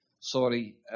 Sorry